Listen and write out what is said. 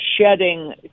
shedding